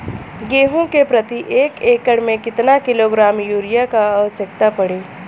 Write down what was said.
गेहूँ के प्रति एक एकड़ में कितना किलोग्राम युरिया क आवश्यकता पड़ी?